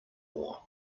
more